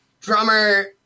Drummer